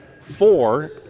four